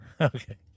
Okay